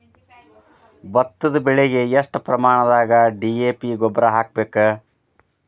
ಭತ್ತದ ಬೆಳಿಗೆ ಎಷ್ಟ ಪ್ರಮಾಣದಾಗ ಡಿ.ಎ.ಪಿ ಗೊಬ್ಬರ ಹಾಕ್ಬೇಕ?